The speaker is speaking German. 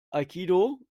aikido